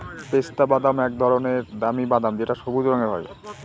পেস্তা বাদাম এক ধরনের দামি বাদাম যেটা সবুজ রঙের হয়